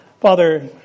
Father